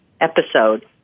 episode